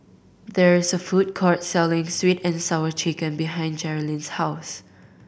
there is a food court selling Sweet And Sour Chicken behind Jerilyn's house